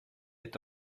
est